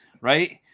right